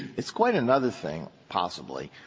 it's quite another thing, possibly,